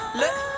look